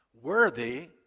Worthy